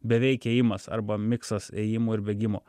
beveik ėjimas arba miksas ėjimo ir bėgimo